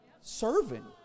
Serving